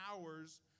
hours